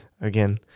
again